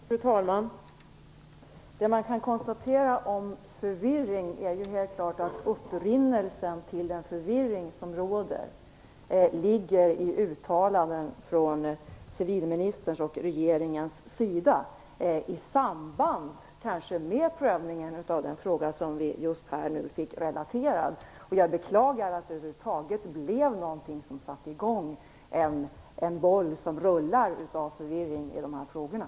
Fru talman! Man kan konstatera att upprinnelsen till den förvirring som råder ligger i uttalanden från civilministerns och regeringens sida, i samband med prövningen av den fråga vi nu fick relaterad. Jag beklagar att förvirringen över huvud taget uppstått.